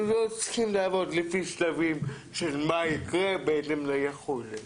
לא צריכים לעבוד לפי שלבים של מה יקרה בהתאם ליכולת.